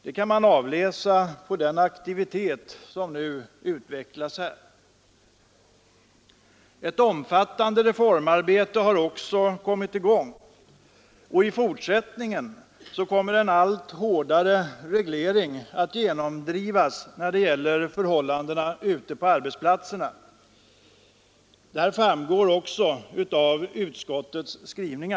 Det kan man avläsa på den aktivitet som nu utvecklas här. Ett omfattande reformarbete har också kommit i gång, och i fortsättningen kommer en allt hårdare reglering att genomdrivas när det gäller förhållandena ute på arbetsplatserna. Det framgår också av utskottets skrivning.